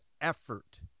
effort